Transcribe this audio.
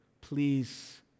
please